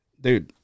dude